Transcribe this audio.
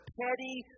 petty